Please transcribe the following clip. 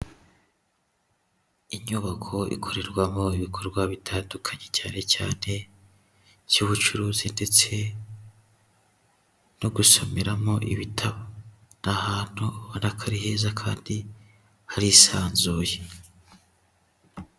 Inyubako ikorerwamo ibikorwa bitandukanye cyane cyane by'ubucuruzi ndetse no gusomeramo ibitabo. Ni ahantu ubona ko ari heza kandi harisanzuye.